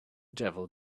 devil